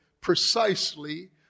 precisely